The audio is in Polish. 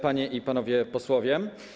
Panie i Panowie Posłowie!